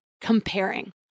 comparing